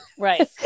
Right